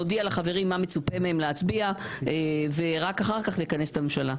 להודיע לחברים מה מצופה מהם להצביע ורק אחר כך לכנס את הממשלה.